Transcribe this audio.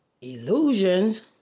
illusions